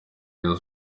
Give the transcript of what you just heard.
rayon